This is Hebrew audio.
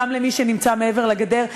גם למי שנמצא מעבר לגדר,